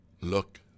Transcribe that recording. Look